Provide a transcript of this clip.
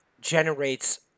generates